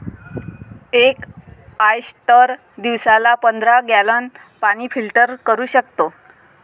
एक ऑयस्टर दिवसाला पंधरा गॅलन पाणी फिल्टर करू शकतो